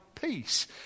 peace